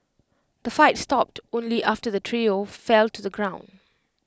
the fight stopped only after the trio fell to the ground